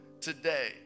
today